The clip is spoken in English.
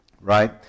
right